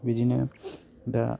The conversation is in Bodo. बिदिनो दा